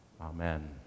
Amen